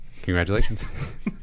Congratulations